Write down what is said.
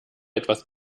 etwas